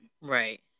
Right